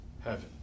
heaven